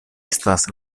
estas